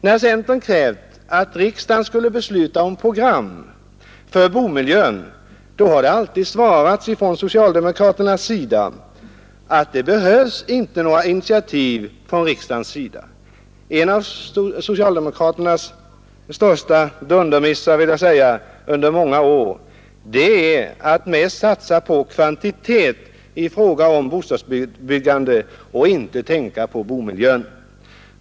När centern har krävt att riksdagen skulle besluta om program för boendemiljön har socialdemokraterna alltid svarat att det behövs inte några initiativ från riksdagens sida. En av socialdemokraternas största dundermissar under många år när det gäller bostadsbyggandet är att satsa mer på kvantitet än på boendemiljön.